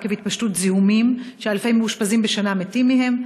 עקב התפשטות זיהומים שאלפי מאושפזים בשנה מתים מהם.